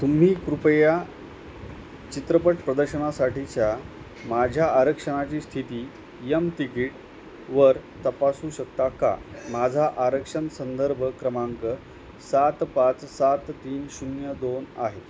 तुम्ही कृपया चित्रपट प्रदर्शनासाठीच्या माझ्या आरक्षणाची स्थिती यम तिकीटवर तपासू शकता का माझा आरक्षण संदर्भ क्रमांक सात पाच सात तीन शून्य दोन आहे